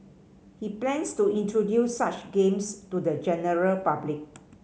he plans to introduce such games to the general public